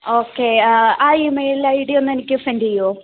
okay ആ email I D ഒന്ന് എനിക്ക് സെൻ്റ് ചെയ്യുമോ